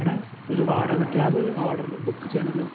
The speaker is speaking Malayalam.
എടാ ഒരു വാടക ക്യാബ് ഓർഡർ ബുക്ക് ചെയ്യണമല്ലോ